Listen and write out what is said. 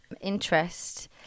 interest